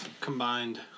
Combined